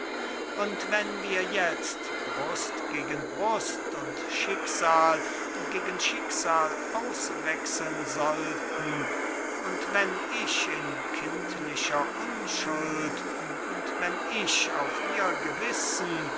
und wenn wir jetzt brust gegen brust und schicksal gegen schicksal auswechseln sollten und wenn ich in kindlicher unschuld und wenn ich auf ihr gewissen und